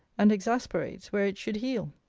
and exasperates where it should heal?